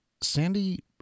Sandy